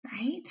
right